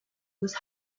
was